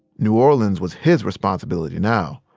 new orleans was his responsibility now.